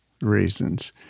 reasons